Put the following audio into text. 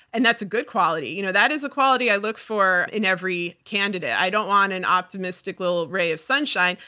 and that's a good quality. you know that is a quality i look for in every candidate. i don't want an optimistic little ray of sunshine.